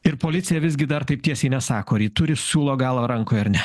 ir policija visgi dar taip tiesiai nesako ar ji turi siūlo galą rankoj ar ne